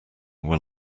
were